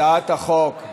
הצעת החוק,